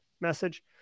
message